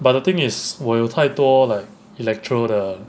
but the thing is 我有太多 like electro 的